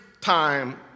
time